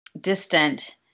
distant